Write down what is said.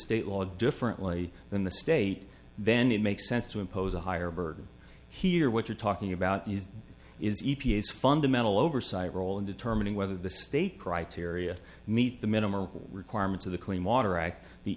state law differently than the state then it makes sense to impose a higher burden here what you're talking about is e p a s fundamental oversight role in determining whether the state criteria meet the minimal requirements of the